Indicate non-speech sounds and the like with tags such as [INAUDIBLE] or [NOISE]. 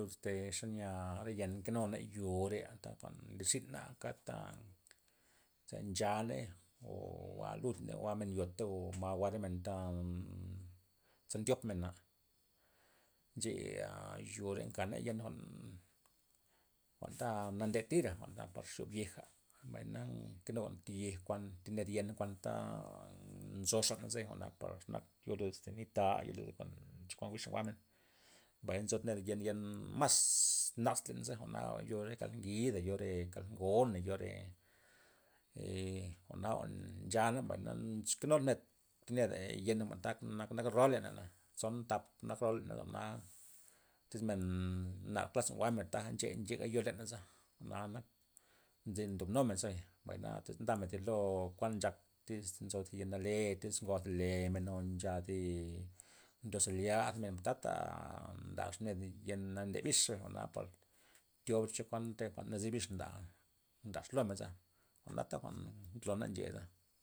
Este xanya re yen nkenua yo'reya tapa nlir zina ta kad'ta ze nchaney o jwa' lud o jwa'men yota' o jwa' re menta za ndyop mena', nche'ya yo're nka yen jwa'n, jwa'n ta nande ti'ra jwa'n par xy'ob yeja' mbay na nkenug thib ned- yen jwa'nta jwa'n nzo xana ze par jwa'na nak yo lud este nit ta'a yo lud chokuan jwa'n bix jwa'men mbay nzo thib ned yen mas naz leney zabay jwa'na ncho re kal ngida yo re kald ngona mbay yo re [HESITATION] jwa'na jwa'n nchana mbay na nkenuna thib ned thib neda yen anta nak rol ney tzon thap nak rol leney jwa'na tyz men nar jwa'n klas jwa'men taja ncheha nchega yo leney za jwa'na nak ze ndob numen ze bay per na iz ndamen thi lo kuan nchak tyz nzo thi ya nale' tyz njwa'lemen ncha zi ndo zelyamen tata' ndax thib ned yen nde bix jwa'na par thiob chokuan re jwa'n nazi bix nda ndax lomenza jwa'na jwa'n nxolona ncheya'za.